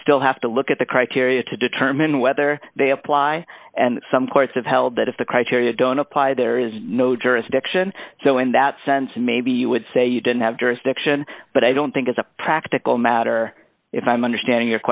you still have to look at the criteria to determine whether they apply and some courts have held that if the criteria don't apply there is no jurisdiction so in that sense maybe you would say you didn't have jurisdiction but i don't think as a practical matter if i'm understanding